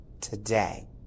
today